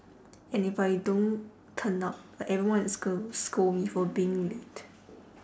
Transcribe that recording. and if I don't turn up like everyone is gonna scold me for being late